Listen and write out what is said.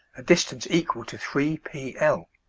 a distance equal to three p l.